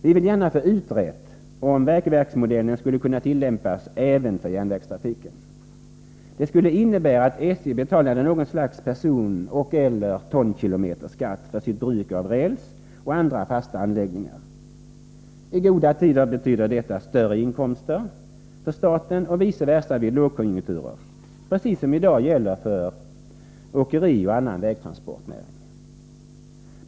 Vi vill gärna få utrett om vägverksmodellen skulle kunna tillämpas även för järnvägstrafiken. Det skulle innebära att SJ betalade något slags personoch/eller tonkilometersskatt för sitt bruk av räls och andra fasta anläggningar. I goda tider betyder detta större inkomster för staten och vice versa vid lågkonjunkturer, precis vad som i dag gäller för åkerinäringen och annan vägtransportnäring.